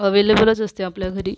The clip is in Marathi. अवेलेबलच असते आपल्या घरी